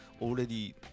already